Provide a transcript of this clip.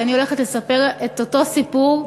כי אני הולכת לספר את אותו סיפור,